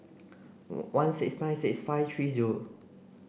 one six nine six five three zero